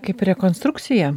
kaip rekonstrukcija